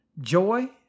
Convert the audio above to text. Joy